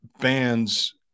bands